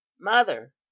mother